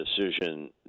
decision